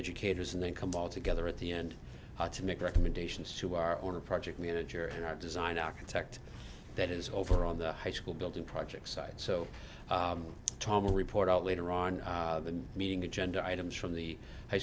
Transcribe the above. educators and then come all together at the end to make recommendations to our own project manager and our design architect that is over on the high school building project site so tom a report out later on the meeting agenda items from the high